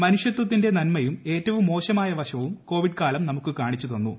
മനുഷ്യത്തിന്റെ നന്മയും ഏറ്റവും മോശമായ വശവും കോവിഡ് കാലം നമുക്ക് കാണിച്ചു തന്നു